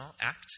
act